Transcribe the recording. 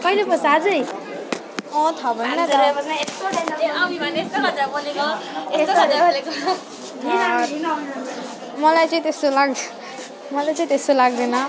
मलाई चाहिँ त्यस्तो लाग्छ मलाई चाहिँ त्यस्तो लाग्दैन